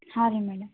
ಹಾಂ ರೀ ಮೇಡಮ್